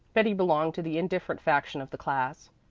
betty belonged to the indifferent faction of the class.